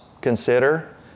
consider